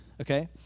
Okay